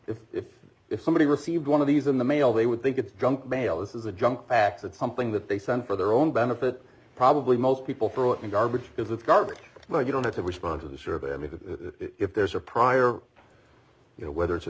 if if if somebody received one of these in the mail they would think it's junk mail this is a junk packs it's something that they sent for their own benefit probably most people throw it in garbage bins with garbage but you don't have to respond to the survey i mean that if there's a prior you know whether it's a